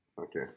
Okay